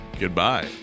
Goodbye